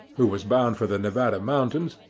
who was bound for the nevada mountains,